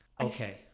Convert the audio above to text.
okay